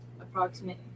approximate